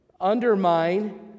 undermine